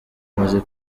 umaze